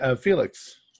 Felix